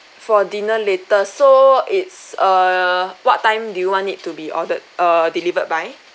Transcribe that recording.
for dinner later so it's err what time do you want it to be ordered err delivered by